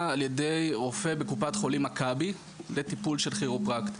על ידי רופא בקופת חולים מכבי לטיפול של כירופרקט.